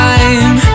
Time